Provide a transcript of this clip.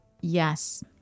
Yes